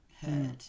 hurt